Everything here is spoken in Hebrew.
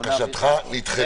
בקשתך נדחתה.